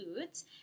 foods